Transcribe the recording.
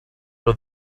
but